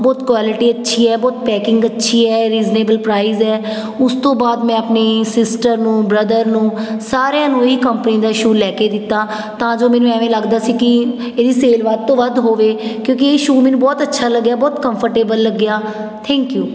ਬਹੁਤ ਕੁਆਲਿਟੀ ਅੱਛੀ ਹੈ ਬਹੁਤ ਪੈਕਿੰਗ ਅੱਛੀ ਹੈ ਰੀਜਨੇਬਲ ਪ੍ਰਾਈਜ਼ ਹੈ ਉਸ ਤੋਂ ਬਾਅਦ ਮੈਂ ਆਪਣੀ ਸਿਸਟਰ ਨੂੰ ਬ੍ਰਦਰ ਨੂੰ ਸਾਰਿਆਂ ਨੂੰ ਹੀ ਇਹ ਕੰਪਨੀ ਦਾ ਸ਼ੂ ਲੈ ਕੇ ਦਿੱਤਾ ਤਾਂ ਜੋ ਮੈਨੂੰ ਐਵੇਂ ਲੱਗਦਾ ਸੀ ਕਿ ਇਹਦੀ ਸੇਲ ਵੱਧ ਤੋਂ ਵੱਧ ਹੋਵੇ ਕਿਉਂਕਿ ਇਹ ਸ਼ੂ ਮੈਨੂੰ ਬਹੁਤ ਅੱਛਾ ਲੱਗਿਆ ਬਹੁਤ ਕੰਫਰਟੇਬਲ ਲੱਗਿਆ ਥੈਂਕ ਯੂ